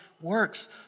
works